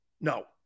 No